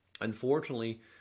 Unfortunately